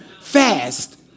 fast